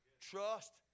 Trust